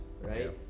right